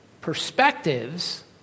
perspectives